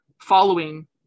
following